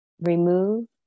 remove